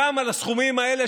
גם על הסכומים האלה,